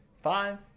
Five